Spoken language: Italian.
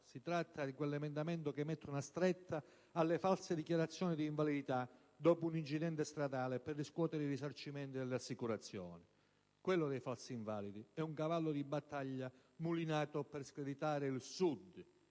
si tratta di una proposta che mette una stretta alle false dichiarazioni di invalidità dopo un incidente stradale per riscuotere i risarcimenti delle assicurazioni. Quello dei falsi invalidi è un cavallo di battaglia mulinato per screditare il Sud.